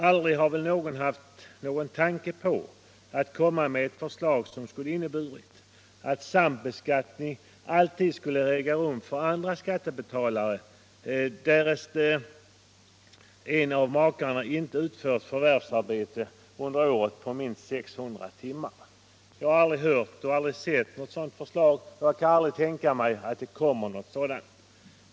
Aldrig har väl någon haft en tanke på att komma med förslag som skulle ha inneburit att sambeskattning alltid skall äga rum för andra skattebetalare, därest en av makarna inte har utfört förvärvsarbete under året på minst 600 timmar. Jag har aldrig hört eller sett något sådant förslag, och jag kan aldrig tänka mig att något sådant kommer.